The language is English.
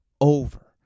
over